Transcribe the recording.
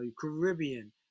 Caribbean